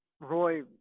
Roy